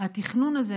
התכנון הזה,